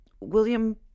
William